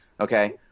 Okay